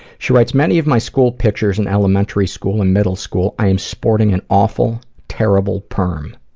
she writes, many of my school pictures in elementary school and middle school, i am sporting an awful, terrible perm.